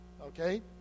Okay